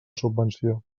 subvenció